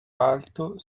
alto